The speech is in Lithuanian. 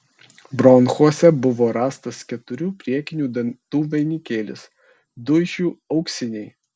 bronchuose buvo rastas keturių priekinių dantų vainikėlis du iš jų auksiniai